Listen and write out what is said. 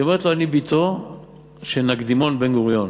היא אומרת לו: אני בתו של נקדימון בן גוריון.